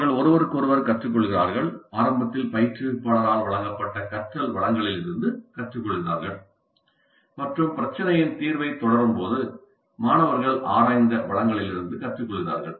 அவர்கள் ஒருவருக்கொருவர் கற்றுக்கொள்கிறார்கள் ஆரம்பத்தில் பயிற்றுவிப்பாளரால் வழங்கப்பட்ட கற்றல் வளங்களிலிருந்து கற்றுக்கொள்கிறார்கள் மற்றும் பிரச்சினையின் தீர்வைத் தொடரும்போது மாணவர்கள் ஆராய்ந்த வளங்களிலிருந்து கற்றுக்கொள்கிறார்கள்